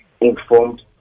informed